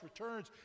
returns